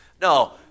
No